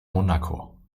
monaco